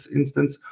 instance